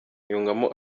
yungamo